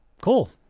cool